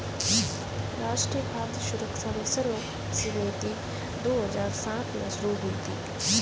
राष्ट्रीय खाद्य सुरक्षा मिशन उपसमिति दो हजार सात में शुरू हुई थी